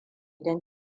don